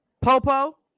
Popo